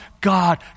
God